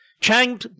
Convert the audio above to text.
Chang